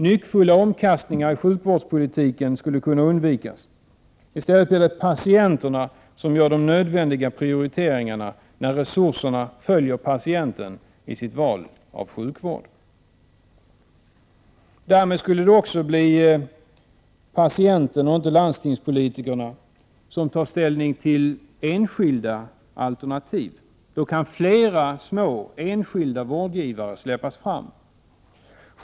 Nyckfulla omkastningar i sjukvårdspolitiken skulle kunna undvikas. I stället blir det patienten som gör de nödvändiga prioriteringarna, när resurserna följer patienten i valet av sjukvård. Därmed skulle det också bli patienten och inte landstingspolitikerna som tar ställning till enskilda alternativ. Då kan flera små enskilda vårdgivare släppas fram.